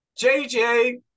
JJ